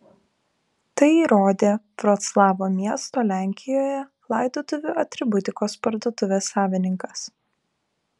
tai įrodė vroclavo miesto lenkijoje laidotuvių atributikos parduotuvės savininkas